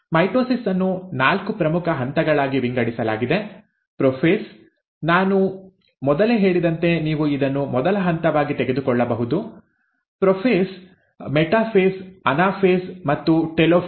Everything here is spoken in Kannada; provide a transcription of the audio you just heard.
ಮೈಟೊಸಿಸ್ ಅನ್ನು ನಾಲ್ಕು ಪ್ರಮುಖ ಹಂತಗಳಾಗಿ ವಿಂಗಡಿಸಲಾಗಿದೆ ಪ್ರೊಫೇಸ್ ನಾನು ಮೊದಲೇ ಹೇಳಿದಂತೆ ನೀವು ಇದನ್ನು ಮೊದಲ ಹಂತವಾಗಿ ತೆಗೆದುಕೊಳ್ಳಬಹುದು ಪ್ರೊಫೇಸ್ ಮೆಟಾಫೇಸ್ ಅನಾಫೇಸ್ ಮತ್ತು ಟೆಲೋಫೇಸ್